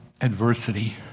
Adversity